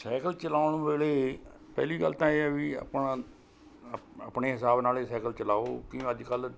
cycle ਚਲਾਉਣ ਵੇਲੇ ਪਹਿਲੀ ਗੱਲ ਤਾਂ ਇਹ ਹੈ ਵੀ ਆਪਾਂ ਆਪ ਆਪਣੇ ਹਿਸਾਬ ਨਾਲ਼ ਇਹ ਸਾਈਕਲ ਚਲਾਓ ਕਿਉਂ ਅੱਜ ਕੱਲ੍ਹ